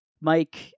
mike